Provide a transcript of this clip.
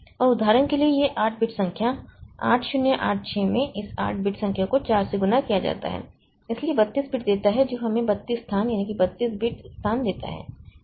और उदाहरण के लिए यह 8 बिट संख्या 8086 में इस 8 बिट संख्या को 4 से गुणा किया जाता है इसलिए यह 32 बिट देता है जो हमें 32 स्थान 32 बिट स्थान देता है